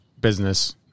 business